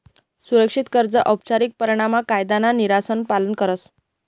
सुरक्षित कर्ज औपचारीक पाणामा कायदाना नियमसन पालन करस